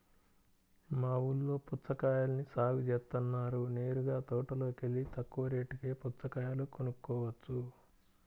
మా ఊల్లో పుచ్చకాయల్ని సాగు జేత్తన్నారు నేరుగా తోటలోకెల్లి తక్కువ రేటుకే పుచ్చకాయలు కొనుక్కోవచ్చు